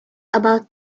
about